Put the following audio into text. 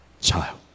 child